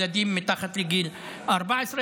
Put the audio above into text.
ילדים מתחת לגיל 14,